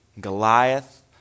Goliath